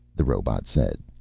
the robot said.